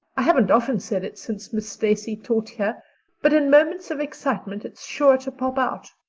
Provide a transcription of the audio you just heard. i haven't often said it since miss stacy taught here but in moments of excitement it's sure to pop out.